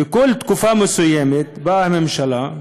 וכל תקופה מסוימת באה הממשלה,